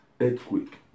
earthquake